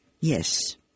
Yes